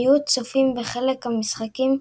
מיעוט צופים בחלק מהמשחקים,